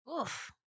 Oof